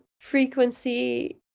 frequency